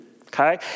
Okay